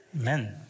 Amen